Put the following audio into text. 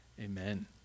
Amen